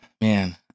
Man